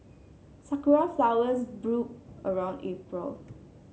sakura flowers bloom around April